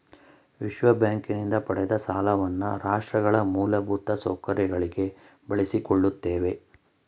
ವಿಶ್ವಬ್ಯಾಂಕಿನಿಂದ ಪಡೆದ ಸಾಲವನ್ನ ರಾಷ್ಟ್ರಗಳ ಮೂಲಭೂತ ಸೌಕರ್ಯಗಳಿಗೆ ಬಳಸಿಕೊಳ್ಳುತ್ತೇವೆ